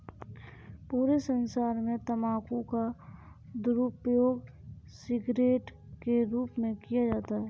पूरे संसार में तम्बाकू का दुरूपयोग सिगरेट के रूप में किया जाता है